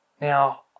Now